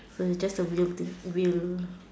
so it's just a wheel thing wheel